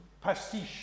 pastiche